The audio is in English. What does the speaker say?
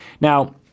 Now